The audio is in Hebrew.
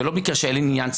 ולא מקרה שאין עניין ציבורי,